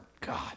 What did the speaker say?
God